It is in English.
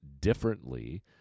differently